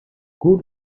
good